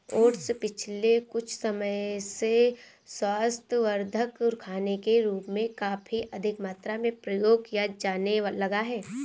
oats पिछले कुछ समय से स्वास्थ्यवर्धक खाने के रूप में काफी अधिक मात्रा में प्रयोग किया जाने लगा है